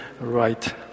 right